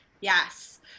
yes